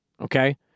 okay